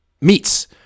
meats